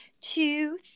two